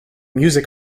music